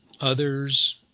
others